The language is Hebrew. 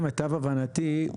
למיטב הבנתי,